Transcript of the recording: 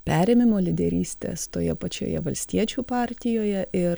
perėmimo lyderystės toje pačioje valstiečių partijoje ir